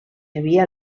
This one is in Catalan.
havia